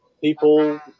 people